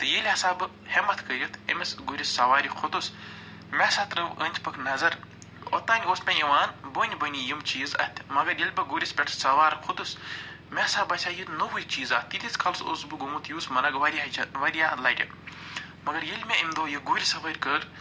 تہٕ ییٚلہِ ہسا بہٕ ہمت کٔرِتھ أمِس گُرِس سَوارِ کھوٚتُس مےٚ ہسا ترٛٲو أندۍ پٔکۍ نظر اوٚتام اوس مےٚ یِوان بٔنۍ بٔنی یِم چیٖز اَتھِ مگر ییٚلہِ بہٕ گُرِس پٮ۪ٹھ سوَار کھوٚتُس مےٚ ہسا باسیو یہِ نوٚوٕے چیٖزا تیٖتس کالَس اوسُس بہٕ گوٚمُت یوٗسمرگ واریاہ جا واریاہ لَٹہِ مگر ییٚلہِ مےٚ اَمہِ دۄہ یہِ گُرۍ سوٲرۍ کٔر